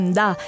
da